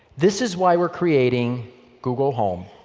this is why we're creating google home,